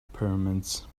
pyramids